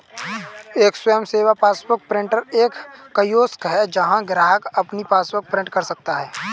एक स्वयं सेवा पासबुक प्रिंटर एक कियोस्क है जहां ग्राहक अपनी पासबुक प्रिंट कर सकता है